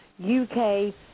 uk